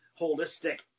holistic